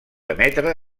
emetre